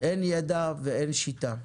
אין ידע ואין שיטה.